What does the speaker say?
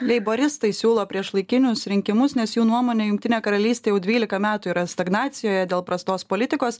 leiboristai siūlo priešlaikinius rinkimus nes jų nuomone jungtinė karalystė jau dvylika metų yra stagnacijoje dėl prastos politikos